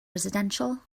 residential